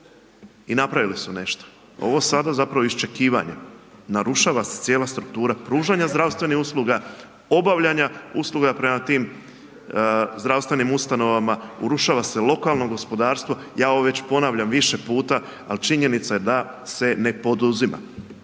i napravili su nešto, ovo sada zapravo je iščekivanje, narušava se cijela struktura pružanja zdravstvenih usluga, obavljanja usluga prema tim zdravstvenim ustanovama, urušava se lokalno gospodarstvo, ja ovo već ponavljam više puta, al činjenica je da se ne poduzima.